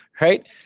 right